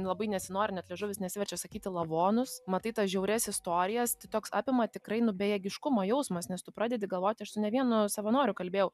labai nesinori net liežuvis nesiverčia sakyti lavonus matai tas žiaurias istorijas toks apima tikrai nu bejėgiškumo jausmas nes tu pradedi galvoti aš su ne vienu savanoriu kalbėjau